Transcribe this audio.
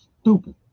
Stupid